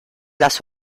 las